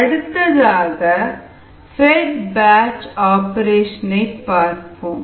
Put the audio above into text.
அடுத்ததாக fed batch operation பார்ப்போம்